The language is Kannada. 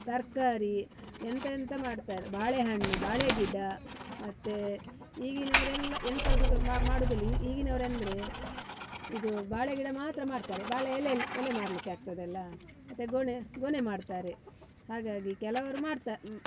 ತರಕಾರಿ ಎಂತ ಎಂತ ಮಾಡ್ತಾರೆ ಬಾಳೆ ಹಣ್ಣು ಬಾಳೆ ಗಿಡ ಮತ್ತೆ ಈಗಿನವರೆಲ್ಲ ಎಂತಾದರೂ ಮಾಡುವುದಿಲ್ಲ ಈಗಿನವರೆಂದ್ರೆ ಇದು ಬಾಳೆ ಗಿಡ ಮಾತ್ರ ಮಾಡ್ತಾರೆ ಬಾಳೆ ಎಲೆಯಲ್ಲಿ ಎಲೆ ಮಾರಲಿಕ್ಕೆ ಆಗ್ತದಲ್ಲ ಮತ್ತೆ ಗೊಣೆ ಗೊನೆ ಮಾರ್ತಾರೆ ಹಾಗಾಗಿ ಕೆಲವರು ಮಾಡ್ತಾ